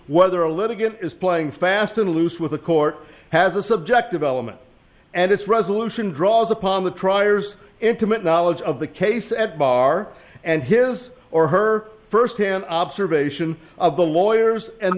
whether a litigant is playing fast and loose with the court has a subjective element and its resolution draws upon the triers intimate knowledge of the case at bar and his or her first hand observation of the lawyers and